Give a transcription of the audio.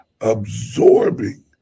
absorbing